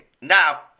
Now